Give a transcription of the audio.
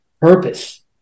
purpose